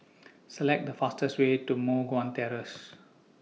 Select The fastest Way to Moh Guan Terrace